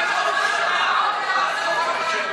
הייתי מוכנה לקחת את מס החברות,